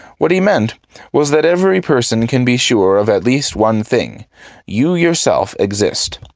what he meant was that every person can be sure of at least one thing you yourself exist.